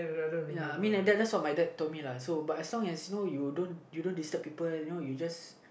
ya I mean that's that's what my dad told me lah so but as long as you know you you don't disturb people you know you just